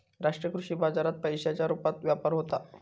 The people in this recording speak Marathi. राष्ट्रीय कृषी बाजारात पैशांच्या रुपात व्यापार होता